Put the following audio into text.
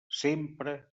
sempre